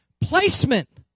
placement